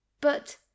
But